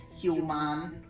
human